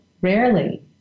rarely